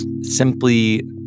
simply